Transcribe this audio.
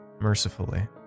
Mercifully